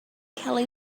kelly